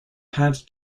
had